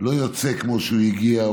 לא יוצא כמו שהוא הגיע.